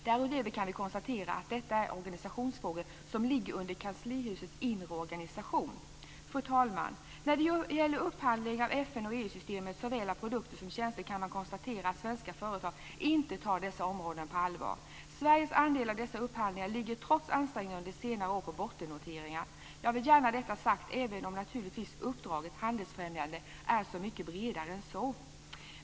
Därutöver kan vi konstatera att detta är organisationsfrågor som ligger under kanslihusets inre organisation. Fru talman! När det gäller upphandling i FN och EU-systemet såväl av produkter som av tjänster kan man konstatera att svenska företag inte tar dessa områden på allvar. Sveriges andel av dessa upphandlingar ligger trots ansträngningar under senare år på bottennoteringar. Jag vill gärna ha detta sagt även om uppdraget handelsfrämjande naturligtvis är mycket bredare än så.